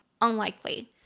Unlikely